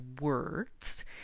words